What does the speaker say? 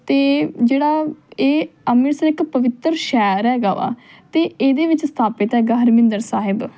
ਅਤੇ ਜਿਹੜਾ ਇਹ ਅੰਮ੍ਰਿਤਸਰ ਇੱਕ ਪਵਿੱਤਰ ਸ਼ਹਿਰ ਹੈਗਾ ਵਾ ਅਤੇ ਇਹਦੇ ਵਿੱਚ ਸਥਾਪਿਤ ਹੈਗਾ ਹਰਮਿੰਦਰ ਸਾਹਿਬ